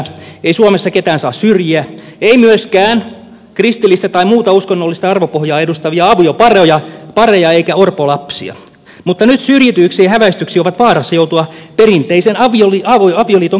ei suomessa ketään saa syrjiä ei myöskään kristillistä tai muuta uskonnollista arvopohjaa edustavia aviopareja eikä orpolapsia mutta nyt syrjityiksi ja häväistyiksi ovat vaarassa joutua perinteisen avioliiton kannattajat